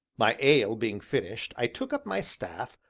my ale being finished, i took up my staff,